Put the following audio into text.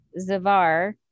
Zavar